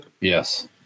Yes